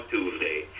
Tuesday